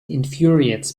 infuriates